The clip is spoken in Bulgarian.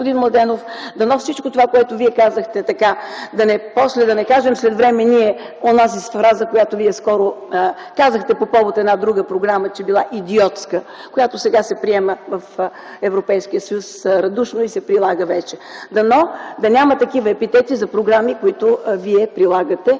Дано да няма такива епитети за програми, които Вие прилагате